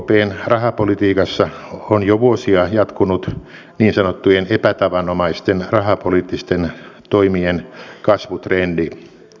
ekpn rahapolitiikassa on jo vuosia jatkunut niin sanottujen epätavanomaisten rahapoliittisten toimien kasvutrendi